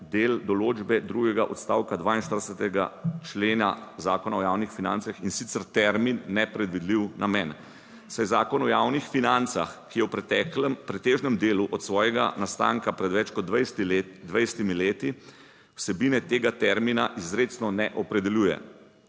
del določbe drugega odstavka 42. člena Zakona o javnih financah, in sicer termin nepredvidljiv namen, saj Zakon o javnih financah, ki je v preteklem pretežnem delu od svojega nastanka pred več kot 20 leti, vsebine tega termina izrecno ne opredeljuje.